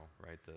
right